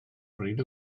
bryd